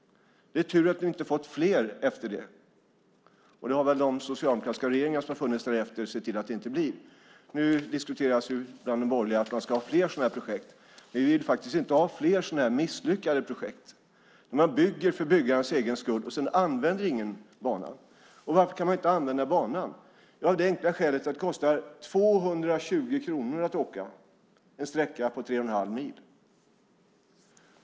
Det är tur att vi inte har fått fler efter det. De socialdemokratiska regeringar som har funnits därefter har väl sett till att det inte har blivit fler. Nu diskuteras bland de borgerliga att man ska ha fler sådana här projekt. Vi vill faktiskt inte ha fler sådana här misslyckade projekt, där man bygger för byggandets egen skull och ingen sedan använder banan. Varför kan man inte använda banan? Ja, det enkla skälet är att det kostar 220 kronor att åka, en sträcka på tre och en halv mil.